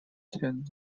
tent